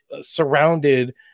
surrounded